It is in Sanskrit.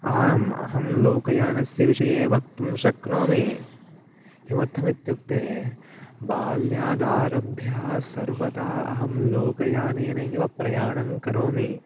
आम् अहं लोकयानस्य विषये वक्तुं शक्नोमि किमर्थमित्युक्ते बाल्यादारभ्य सर्वदा अहं लोक्यानेन एव प्रयाणं करोमि